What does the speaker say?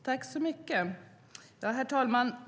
Herr talman!